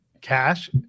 cash